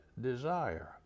desire